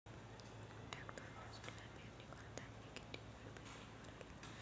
टॅक्टरनं सोला पेरनी करतांनी किती खोल पेरनी कराच पायजे?